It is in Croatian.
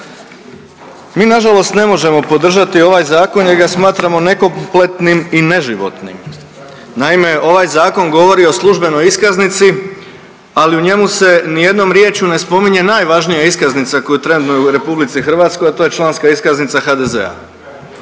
Mi nažalost ne možemo podržati ovaj zakon jer ga smatramo nekompletnim i neživotnim. Naime, ovaj zakon govori o službenoj iskaznici, ali u njemu se nijednom riječju ne spominje najvažnija iskaznica koja trenutno u RH, a to je članska iskaznica HDZ-a,